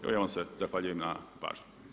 Evo ja vam se zahvaljujem na pažnji.